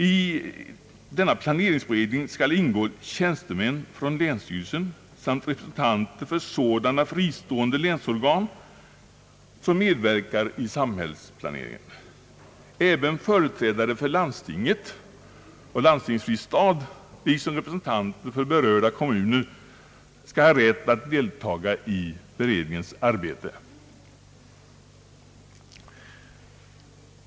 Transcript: I denna planeringsberedning skall ingå tjänstemän från länsstyrelsen samt representanter för sådana fristående länsorgan som medverkar i samhällsplaneringen. Även = företrädare för landstinget och landstingsfri stad liksom representanter för berörda kommuner skall ha rätt att deltaga i beredningens arbete.